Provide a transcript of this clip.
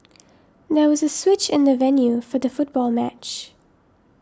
there was a switch in the venue for the football match